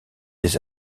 des